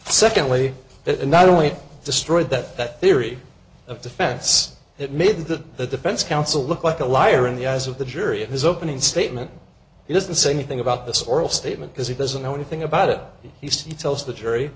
it not only destroyed that theory of defense it made that the defense counsel look like a liar in the eyes of the jury of his opening statement he doesn't say anything about this oral statement because he doesn't know anything about it he tells the jury